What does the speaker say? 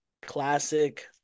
classic